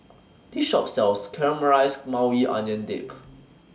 This Shop sells Caramelized Maui Onion Dip